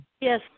Yes